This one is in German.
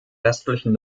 westlichen